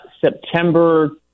September